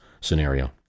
scenario